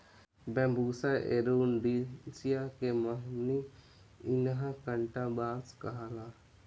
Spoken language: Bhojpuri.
बैम्बुसा एरुण्डीनेसीया के हमनी इन्हा कांटा बांस कहाला